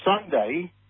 Sunday